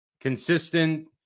consistent